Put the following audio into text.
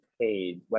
paid